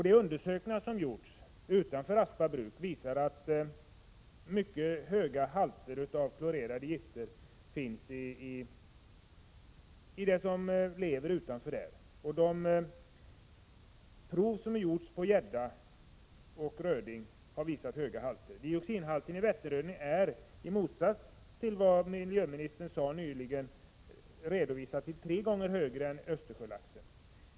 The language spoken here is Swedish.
De undersökningar som gjorts utanför Aspa bruk visar mycket höga halter av klorerade gifter i gädda och röding där. Dioxinhalten i Vätternröding är, i motsats till vad miljöministern nyligen sade, enligt vad som redovisats tre gånger högre än i Östersjölaxen.